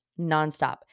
nonstop